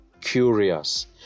curious